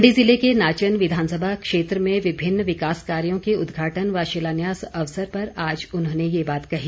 मंडी जिले के नाचन विधानसभा क्षेत्र में विभिन्न विकास कार्यों के उद्घाटन व शिलान्यास अवसर पर आज उन्होंने ये बात कही